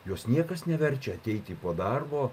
juos niekas neverčia ateiti po darbo